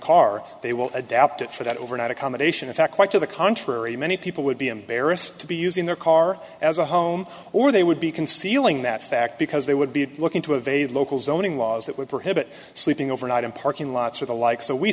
car they will adapt for that overnight accommodation in fact quite to the contrary many people would be embarrassed to be using their car as a home or they would be concealing that fact because they would be looking to evade local zoning laws that would prohibit sleeping overnight in parking lots or the like so we